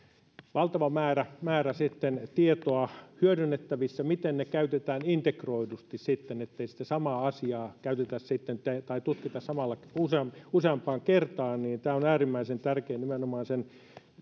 valtava määrä määrä tietoa hyödynnettävissä niin se miten sitä käytetään integroidusti ettei sitä samaa asiaa tutkita useampaan kertaan on on äärimmäisen tärkeää nimenomaan